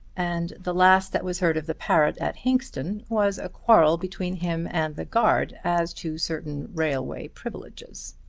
and the last that was heard of the parrot at hinxton was a quarrel between him and the guard as to certain railway privileges.